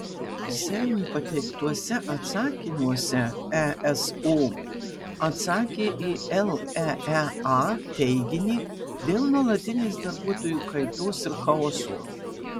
seimui pateiktuose atsakymuose eso atsakė į leea teiginį dėl nuolatinės darbuotojų kaitos ir chaoso